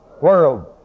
World